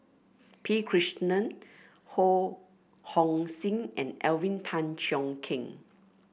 P Krishnan Ho Hong Sing and Alvin Tan Cheong Kheng